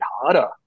harder